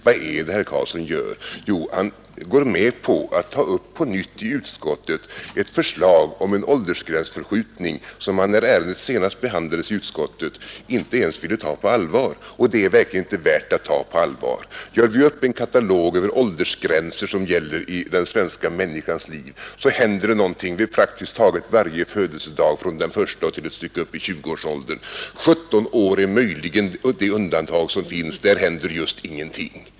Vad är det herr Karlsson gör? Jo, han går med på att ta upp på nytt i utskottet ett förslag om en åldersgränsförskjutning som man, när ärendet senast behandlades i utskottet, inte ens ville ta på allvar. Och det är verkligen inte värt att ta på allvar. Gör vi upp en katalog över åldersgränser som gäller i den svenska människans liv så händer det någonting vid praktiskt taget varje födelsedag från den första till ett stycke upp i 20-årsåldern. 17 år är möjligen det undantag som finns. Där händer just ingenting.